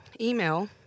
email